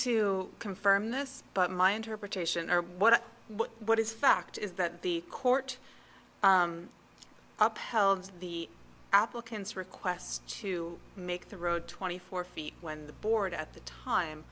to confirm this but my interpretation or what what is fact is that the court upheld the applicant's request to make the road twenty four feet when the board at the time